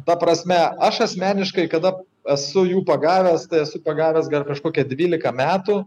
ta prasme aš asmeniškai kada esu jų pagavęs tai esu pagavęs gal prieš kokia dvylika metų